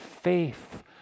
faith